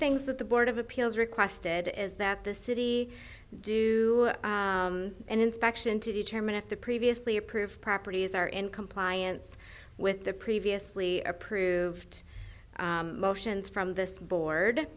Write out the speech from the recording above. things that the board of appeals requested is that the city do an inspection to determine if the previously approved properties are in compliance with the previously approved motions from the board